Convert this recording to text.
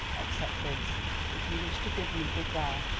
except this if you wish to bid me good-bye,